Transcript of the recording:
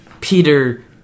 Peter